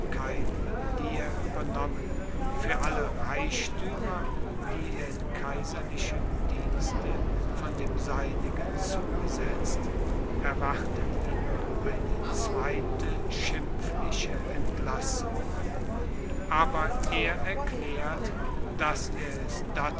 er übernommen für alle reichtümer die er in kaiserlichem dienste von dem seinigen zugesetzt erwartet ihn eine zweite schimpfliche entlassung aber er erklärt daß er es